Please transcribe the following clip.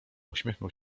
uśmiechnął